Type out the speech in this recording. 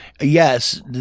Yes